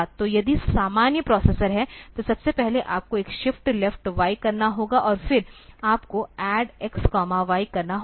तो यदि सामान्य प्रोसेसर है तो सबसे पहले आपको एक शिफ्ट लेफ्ट y करना होगा और फिर आपको add xy करना होगा